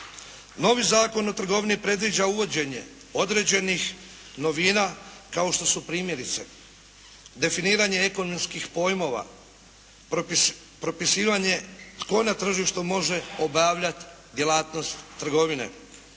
Novi Zakon o trgovini predviđa uvođenje određenih novina kao što su primjerice definiranje ekonomskih pojmova, propisivanje tko na tržištu može obavljati djelatnost trgovine.